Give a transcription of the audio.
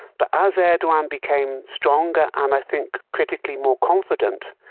but as erdogan became stronger and i think critically more confident,